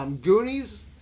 Goonies